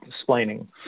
explaining